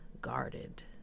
guarded